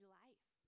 life